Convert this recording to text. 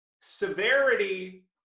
severity